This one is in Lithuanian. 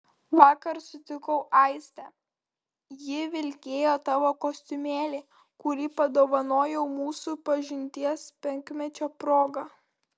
vakar sutikau aistę ji vilkėjo tavo kostiumėlį kurį padovanojau mūsų pažinties penkmečio proga